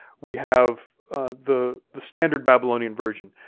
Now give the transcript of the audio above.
we have the the standard babylonian version.